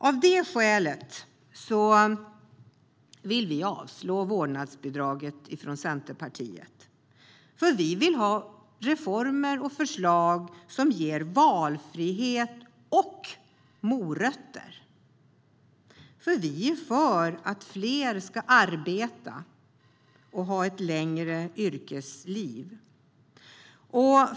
Av det skälet vill vi från Centerpartiet avskaffa vårdnadsbidraget. Vi vill ha reformer och förslag som ger valfrihet och morötter. Vi är för att fler ska arbeta och ha ett längre yrkesliv.